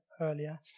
earlier